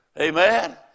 Amen